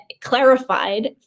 clarified